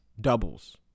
doubles